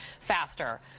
faster